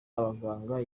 abaganga